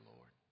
Lord